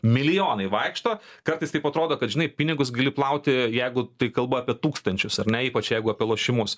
milijonai vaikšto kartais taip atrodo kad žinai pinigus gali plauti jeigu tai kalba apie tūkstančius ar ne ypač jeigu apie lošimus